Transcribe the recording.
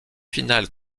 finales